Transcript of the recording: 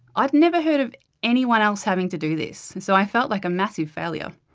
i'd never heard of anyone else having to do this, so i felt like a massive failure.